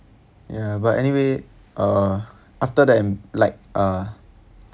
ya but anyway uh after that like uh